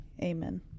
Amen